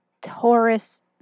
Taurus